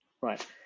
Right